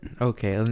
Okay